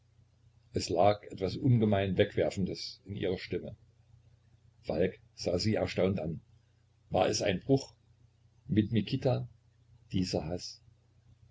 es lag etwas ungemein wegwerfendes in ihrer stimme falk sah sie erstaunt an war es ein bruch mit mikita dieser haß